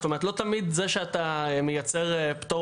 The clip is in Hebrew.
זאת אומרת לא תמיד זה שאתה מייצר פטור